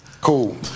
Cool